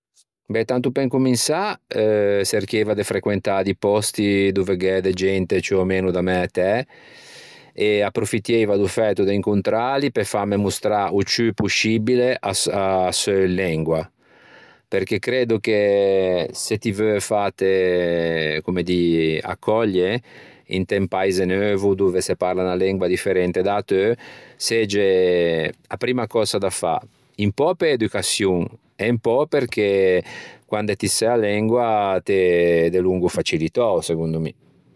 Beh tanto pe incomensâ çerchieiva de frequentâ di pòsti dove gh'é de gente ciù o meno da mæ etæ e approfittieiva do fæto de incontrâli pe fâme mostrâ o ciù poscibile a seu lengua perché creddo che se ti veu fâte comme dî accoglie inte un paise neuvo dove se parla unna lengua differente da-a teu segge a primma cösa da fâ. Un pö pe educaçion e un pö perché quande si sæ a lengua t'ê delongo facilitou segondo mi.